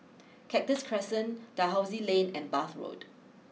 Cactus Crescent Dalhousie Lane and Bath Road